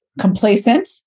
complacent